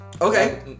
Okay